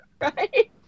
right